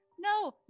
No